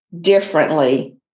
differently